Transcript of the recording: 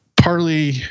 partly